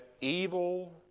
evil